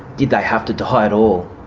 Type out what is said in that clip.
did they have to die at all?